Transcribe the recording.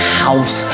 house